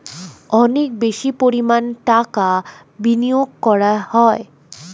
অনেক বেশি পরিমাণ টাকা বিনিয়োগ করা হয়